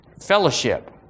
fellowship